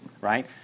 right